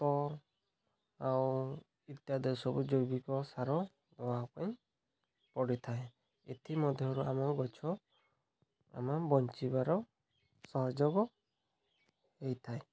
ଆଉ ଇତ୍ୟାଦି ସବୁ ଜୈବିକ ସାର ଦେବା ପାଇଁ ପଡ଼ିଥାଏ ଏଥିମଧ୍ୟରୁ ଆମ ଗଛ ଆମେ ବଞ୍ଚିବାର ସହଯୋଗ ହେଇଥାଏ